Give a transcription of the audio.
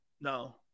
No